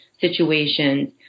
situations